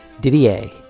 didier